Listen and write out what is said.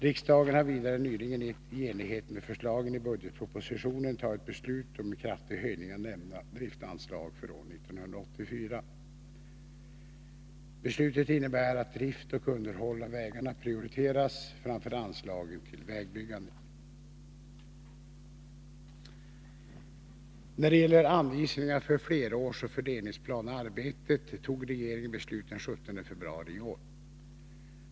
Riksdagen har vidare nyligen, i enlighet med förslagen i budgetpropositionen, tagit beslut om en kraftig höjning av nämnda driftanslag för år 1984. Beslutet innebär att drift och underhåll av vägarna prioriteras framför anslagen till vägbyggande. När det gäller anvisningarna för flerårsoch fördelningsplanearbetet tog regeringen beslut den 17 februari i år.